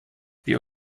wir